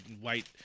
white